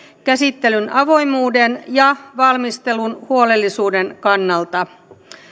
käsittelyn avoimuuden ja valmistelun huolellisuuden kannalta